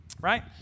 right